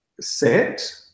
set